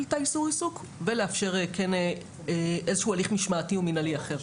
את האיסור עיסוק ולאפשר כן איזשהו הליך משמעתי ומנהלי אחר.